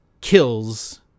kills